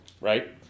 right